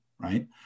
right